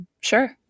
Sure